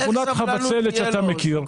איזה סבלנות תהיה לו?